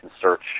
search